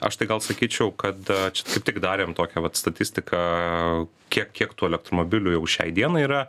aš tai gal sakyčiau kad čia kaip tik darėm tokią vat statistiką kiek kiek tų elektromobilių jau šiai dienai yra